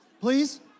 Please